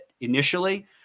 initially